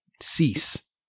cease